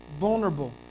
vulnerable